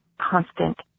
constant